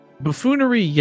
Buffoonery